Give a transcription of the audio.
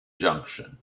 junction